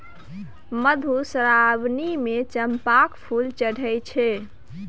मधुश्रावणीमे चंपाक फूल चढ़ैत छै